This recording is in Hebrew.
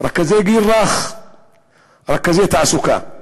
רכזי גיל רך ורכזי תעסוקה,